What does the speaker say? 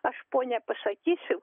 aš ponia pasakysiu